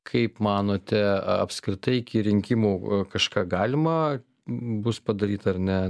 kaip manote apskritai iki rinkimų kažką galima bus padaryt ar ne